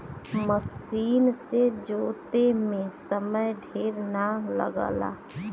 मसीन से जोते में समय ढेर ना लगला